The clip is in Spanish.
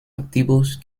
activos